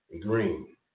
Green